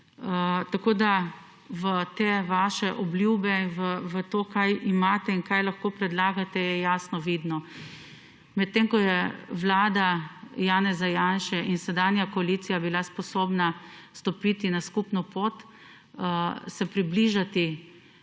Tako da, v te vaše obljube, v to kaj imate in kaj lahko predlagate, je jasno vidno, med tem, ko je Vlada Janeza Janše in sedanja koalicija bila sposobna stopiti na skupno pot, se približati